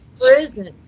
prison